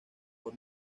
por